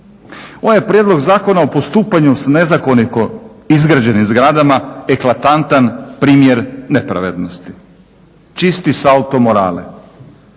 Ovaj Prijedlog Zakona o postupanju s nezakonito izgrađenim zgradama eklatantan primjer nepravednosti, čisti salto morale.